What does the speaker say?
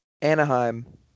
Anaheim